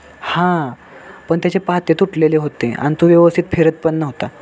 हां पण त्याचे पाते तुटलेले होते आणि तो व्यवस्थित फिरतपण नव्हता